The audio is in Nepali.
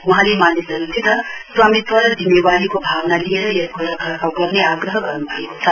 वहाँले मानिसहरूसित स्वामीत्व र जिम्मेवारीको भावना लिएर यसको रखरखाऊ गर्ने आग्रह गर्न् भएको छ